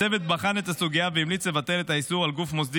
הצוות בחן את הסוגיה והמליץ לבטל את האיסור על גוף מוסדי